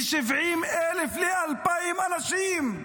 מ-70,000 ל-2,000 אנשים.